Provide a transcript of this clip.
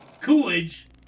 Coolidge